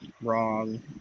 wrong